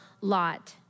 Lot